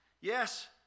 Yes